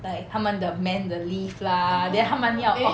like 他们的 man 的 leave lah then 他们要